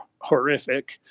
horrific